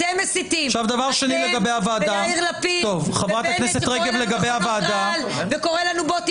אנחנו רואים מה קורה במשפט שלו.